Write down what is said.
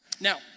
now